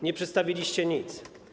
Nie przedstawiliście nic.